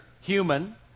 human